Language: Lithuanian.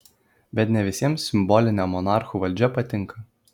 bet ne visiems simbolinė monarchų valdžia patinka